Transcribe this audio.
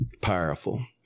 powerful